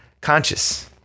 conscious